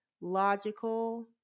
logical